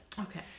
Okay